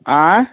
आँए